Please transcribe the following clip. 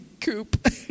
coop